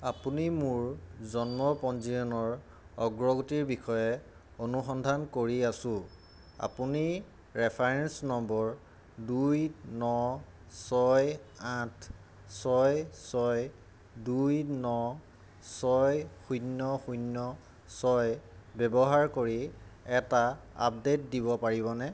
আপুনি মোৰ জন্ম পঞ্জীয়নৰ অগ্ৰগতিৰ বিষয়ে অনুসন্ধান কৰি আছোঁ আপুনি ৰেফাৰেন্স নম্বৰ দুই ন ছয় আঠ ছয় ছয় দুই ন ছয় শূন্য শূন্য ছয় ব্যৱহাৰ কৰি এটা আপডেট দিব পাৰিবনে